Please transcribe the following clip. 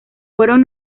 fueron